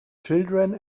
children